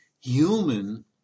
human